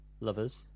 lovers